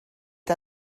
que